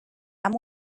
amb